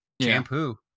shampoo